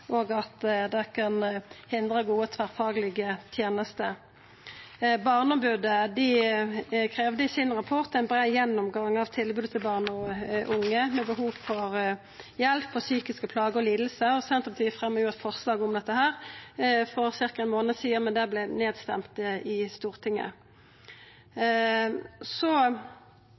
at det kan hindra gode tverrfaglege tenester. Barneombodet kravde i rapporten sin ein brei gjennomgang av tilbodet til barn og unge med behov for hjelp for psykiske plagar og lidingar. Senterpartiet fremja eit forslag om dette for ca. ein månad sidan, med det vart nedstemt i Stortinget.